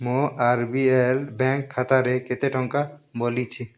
ମୋ R B L bank ଖାତାରେ କେତେ ଟଙ୍କା ବଳିଛି